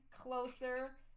closer